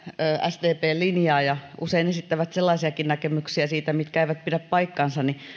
sdpn linjaa ja usein esittävät siitä sellaisiakin näkemyksiä mitkä eivät pidä paikkaansa